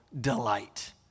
delight